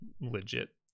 legit